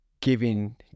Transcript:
giving